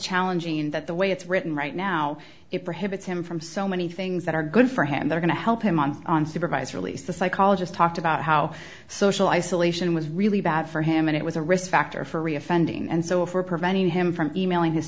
challenging that the way it's written right now it prohibits him from so many things that are good for him they're going to help him on on supervised release the psychologist talked about how social isolation was really bad for him and it was a risk factor for re offending and so for preventing him from e mailing his